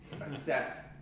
assess